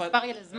מספר ילדים.